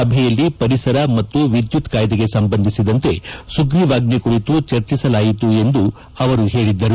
ಸಭೆಯಲ್ಲಿ ಪರಿಸರ ಮತ್ತು ವಿದ್ಯುತ್ ಕಾಯ್ದೆಗೆ ಸಂಬಂಧಿಸಿದಂತೆ ಸುಗ್ರೀವಾಜ್ಞೆ ಕುರಿತು ಚರ್ಚಿಸಲಾಯಿತು ಎಂದು ಹೇಳಿದ್ದರು